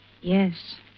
Yes